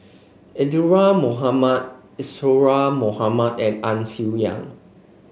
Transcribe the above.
Isadhora Mohamed Isadhora Mohamed and Ang Swee Aun